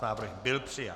Návrh byl přijat.